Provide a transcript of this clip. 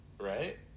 Right